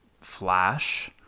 flash